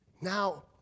now